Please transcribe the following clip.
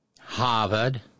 Harvard